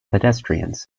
pedestrians